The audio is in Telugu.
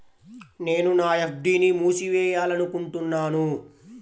నేను నా ఎఫ్.డీ ని మూసివేయాలనుకుంటున్నాను